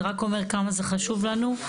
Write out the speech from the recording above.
זה רק אומר כמה זה חשוב לנו.